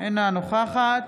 אינה נוכחת